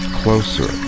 closer